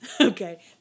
Okay